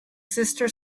sister